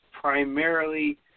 primarily